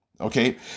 Okay